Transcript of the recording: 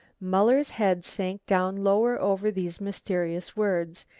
muller's head sank down lower over these mysterious words,